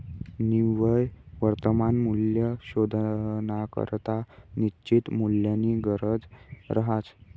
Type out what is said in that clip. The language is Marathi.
निव्वय वर्तमान मूल्य शोधानाकरता निश्चित मूल्यनी गरज रहास